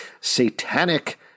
satanic